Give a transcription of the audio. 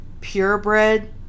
purebred